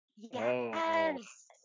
Yes